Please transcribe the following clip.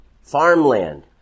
farmland